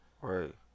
Right